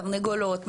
תרנגולות,